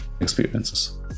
experiences